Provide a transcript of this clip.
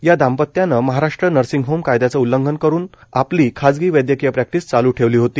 या दाम्पत्यान Maharashtra nursing home कायद्याच उल्लंघन करून आपली खाजगी वैद्यकिय प्रॅक्टिस चालू ठखली होती